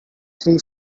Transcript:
three